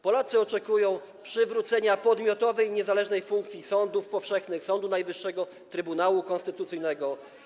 Polacy oczekują przywrócenia podmiotowej, niezależnej funkcji sądów powszechnych, Sądu Najwyższego, Trybunału Konstytucyjnego.